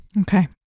Okay